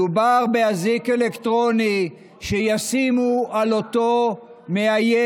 מדובר באזיק אלקטרוני שישימו על אותו מאיים.